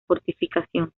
fortificación